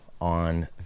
on